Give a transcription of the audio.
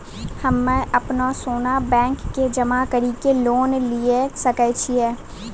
हम्मय अपनो सोना बैंक मे जमा कड़ी के लोन लिये सकय छियै?